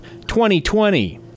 2020